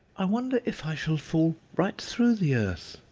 i wonder if i shall fall right through the earth!